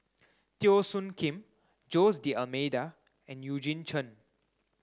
Teo Soon Kim Jose D'almeida and Eugene Chen